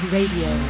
Radio